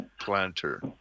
planter